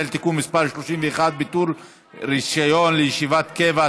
(תיקון מס' 31) (ביטול רישיון לישיבת קבע),